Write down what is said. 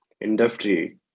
industry